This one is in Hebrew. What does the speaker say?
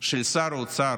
של שר האוצר,